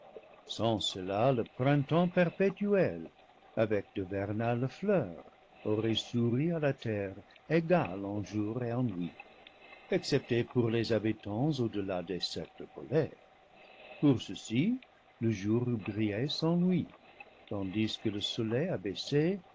sans cela le printemps perpétuel avec de vernales fleurs le paradis perdu aurait souri à la terre égal en jours et en nuits excepté pour les habitants au-delà des cercles polaires pour ceux-ci le jour eût brillé sans nuit tandis que le soleil abaissé